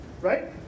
right